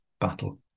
battle